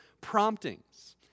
promptings